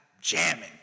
jamming